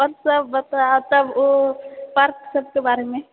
आओरसभ बताउ तब ओ पार्कसभके बारेमे